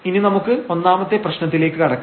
ഇനി നമുക്ക് ഒന്നാമത്തെ പ്രശ്നത്തിലേക്ക് കടക്കാം